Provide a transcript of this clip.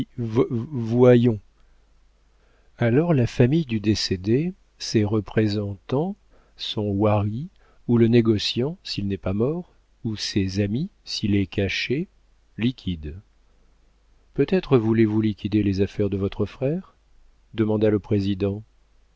ons alors la famille du décédé ses représentants son hoirie ou le négociant s'il n'est pas mort ou ses amis s'il est caché liquident peut-être voulez-vous liquider les affaires de votre frère demanda le président